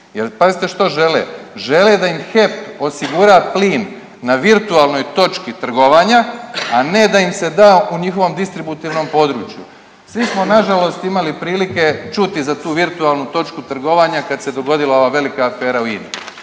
pazite što žele? Žele da im HEP osigura plin na virtualnoj točki trgovanja, a ne da im se da u njihovom distributivnom području. Svi smo na žalost imali prilike čuti za tu virtualnu točku trgovanja kad se dogodila ova velika afera u INA-i.